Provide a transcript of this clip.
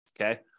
Okay